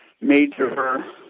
major